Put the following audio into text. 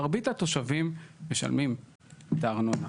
מרבית התושבים משלמים את הארנונה.